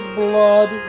blood